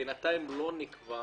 בינתיים לא נקבע